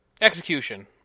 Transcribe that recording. Execution